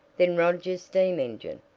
then roger's steam engine.